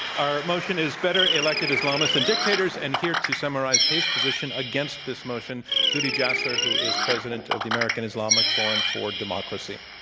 our motion is better elected islamists than dictators. and here to summarize his position against this motion, zuhdi jasser who is president of the american islamic forum for democracy.